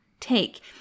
take